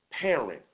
parents